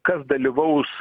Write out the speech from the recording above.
kas dalyvaus